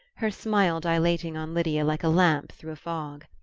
her smile dilating on lydia like a lamp through a fog.